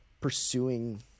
pursuing